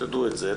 תדעו את זה'.